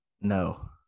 No